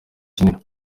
kinini